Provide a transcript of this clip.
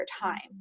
time